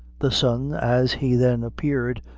the sun, as he then appeared,